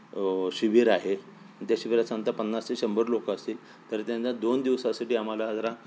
शिबिर आहे त्या शिबिरात साधारणतः पन्नास ते शंभर लोकं असतील तर त्यांना दोन दिवसासाठी आम्हाला जरा